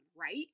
right